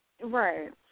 right